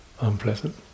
unpleasant